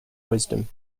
wisdom